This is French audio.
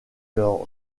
leurs